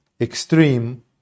extreme